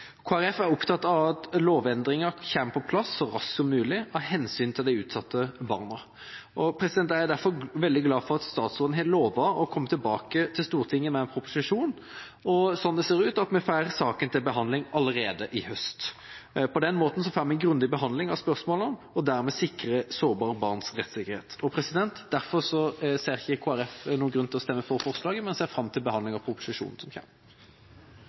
Folkeparti er opptatt av at lovendringa kommer på plass så raskt som mulig av hensyn til de utsatte barna. Jeg er derfor veldig glad for at statsråden har lovet å komme tilbake til Stortinget med en proposisjon, og at vi – som det ser ut til – får saken til behandling allerede i høst. På den måten får vi en grundig behandling av spørsmålene og kan dermed sikre sårbare barns rettssikkerhet. Derfor ser ikke Kristelig Folkeparti noen grunn til å stemme for forslaget, men vi ser fram til behandlinga av proposisjonen som